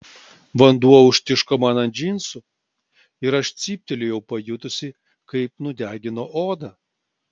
vanduo užtiško man ant džinsų ir aš cyptelėjau pajutusi kaip nudegino odą